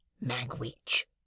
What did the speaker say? Magwitch